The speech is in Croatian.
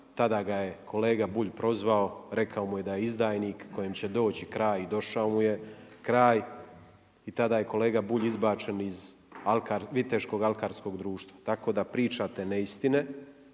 Tada ga je kolega Bulj prozvao, rekao je da je izdajnik, kojem će doći kraj i došao mu je kraj. I tada je kolega Bulj izbačen iz viteškog alkarskog društva. Tako da pričate neistine